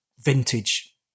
vintage